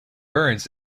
burns